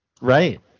Right